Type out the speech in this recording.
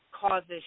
causes